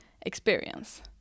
experience